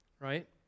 Right